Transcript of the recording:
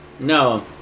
No